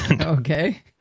Okay